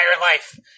life